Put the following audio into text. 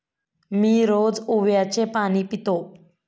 मी रोज ओव्याचे पाणी पितो